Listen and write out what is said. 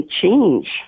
change